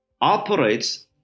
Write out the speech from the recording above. operates